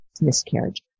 miscarriage